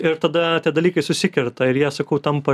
ir tada tie dalykai susikerta ir jie sakau tampa